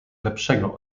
lepszego